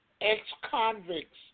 ex-convicts